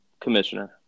Commissioner